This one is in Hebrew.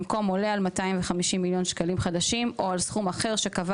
במקום: "עולה על 250 מיליון שקלים חדשים או על סכום אחר שקבע